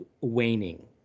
waning